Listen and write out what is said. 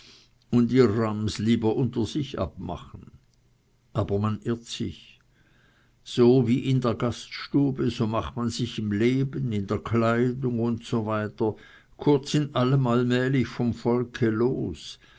und ihr rams lieber unter sich abmachen aber man irrt sich so wie in der gaststube so macht man sich im leben in der kleidung usw kurz in allem allmählich vom volke los